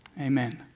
Amen